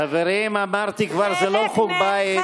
חברים, אמרתי כבר, זה לא חוג בית.